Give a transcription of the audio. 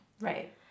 right